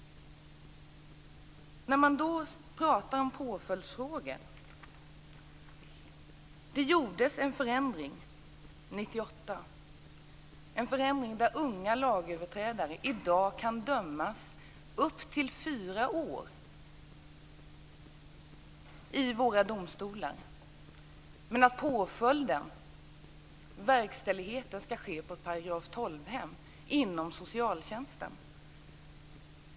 När det gäller påföljdsfrågor gjordes det en förändring 1998 så att unga lagöverträdare i dag kan dömas upp till fyra år i våra domstolar, men att påföljden, verkställigheten, skall ske i § 12-hem inom socialtjänsten.